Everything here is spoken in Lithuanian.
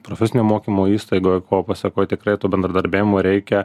profesinio mokymo įstaigoj ko pasekoj tikrai to bendradarbiavimo reikia